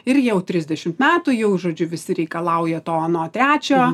ir jau trisdešimt metų jau žodžiu visi reikalauja to ano trečio